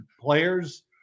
Players